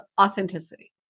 authenticity